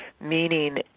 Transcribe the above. meaning